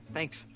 Thanks